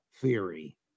theory